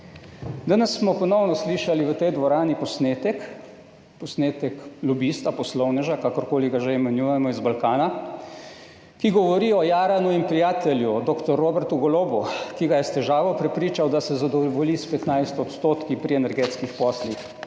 Danes smo ponovno slišali v tej dvorani posnetek lobista poslovneža kakorkoli ga že imenujemo iz Balkana, ki govori o jaranu in prijatelju doktor Robertu Golobu ki ga je s težavo prepričal da se zadovolji s 15 % pri energetskih poslih,